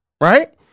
right